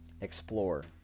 explore